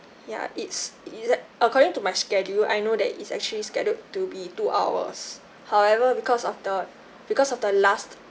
ya it's it is like according to my schedule I know that it's actually scheduled to be two hours however because of the because of the last